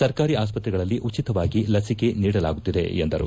ಸರ್ಕಾರಿ ಆಸ್ವತ್ರೆಗಳಲ್ಲಿ ಉಚಿತವಾಗಿ ಲಸಿಕೆ ನೀಡಲಾಗುತ್ತಿದೆ ಎಂದರು